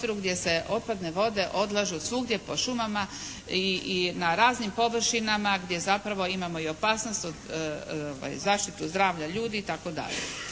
gdje se otpadne vode odlažu svugdje po šumama i na raznim površinama gdje zapravo imamo i opasnost od, zaštitu zdravlja ljudi i